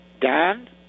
Dan